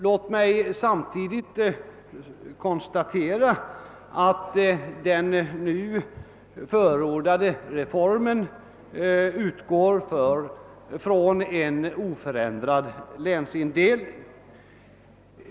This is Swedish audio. Jag vill konstatera att den nu förordade reformen utgår ifrån en oförändrad länsindelning.